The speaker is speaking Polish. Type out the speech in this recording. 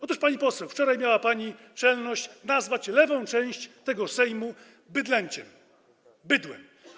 Otóż, pani poseł, wczoraj miała pani czelność nazwać lewą część tego Sejmu bydlęciem, bydłem.